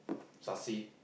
succeed